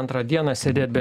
antrą dieną sėdėt be